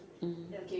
mmhmm